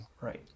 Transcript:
right